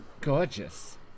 gorgeous